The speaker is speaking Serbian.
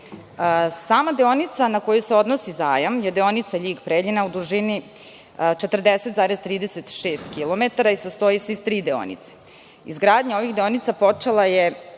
deonica na koju se odnosi zajam je deonica Ljig- Preljina 40,6 kilometara i sastoji se iz tri deonice. Izgradnja ovih deonica počela je